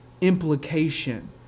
implication